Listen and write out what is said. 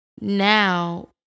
Now